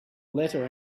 letter